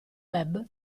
web